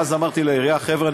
ואז אמרתי לעירייה: חבר'ה,